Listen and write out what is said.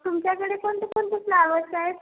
तुमच्याकडे कोणते कोणते फ्लावर्स आहेत